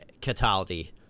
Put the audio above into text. Cataldi